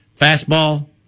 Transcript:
fastball